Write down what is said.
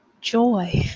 Joy